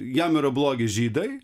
jam yra blogi žydai